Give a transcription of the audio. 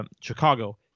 Chicago